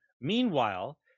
Meanwhile